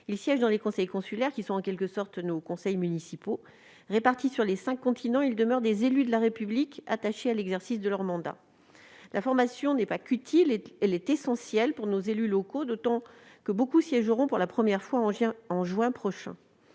Ils siègent dans les conseils consulaires, qui sont en quelque sorte nos conseils municipaux. Répartis sur les cinq continents, ils demeurent des élus de la République attachés à l'exercice de leur mandat. La formation n'est pas seulement utile ; elle est essentielle pour nos élus locaux, d'autant que nombre d'entre eux siégeront pour la première fois en juin prochain.